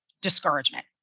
discouragement